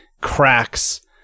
cracks